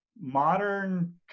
Modern